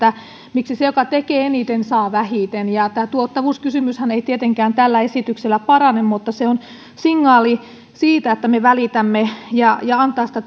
miksi se joka tekee eniten saa vähiten ja tuottavuuskysymyshän ei tietenkään tällä esityksellä parane mutta se on signaali siitä että me välitämme ja ja antaa sitä